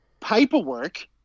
paperwork